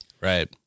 Right